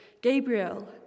Gabriel